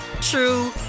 true